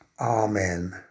Amen